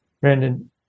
Brandon